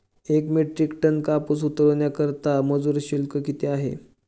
एक metric tonne कापूस उतरवण्याकरता मजूर शुल्क किती आहे?